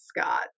Scott